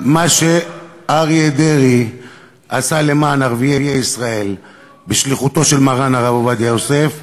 מה שאריה דרעי עשה למען ערביי ישראל בשליחותו של מרן הרב עובדיה יוסף,